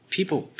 People